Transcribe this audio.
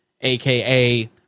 aka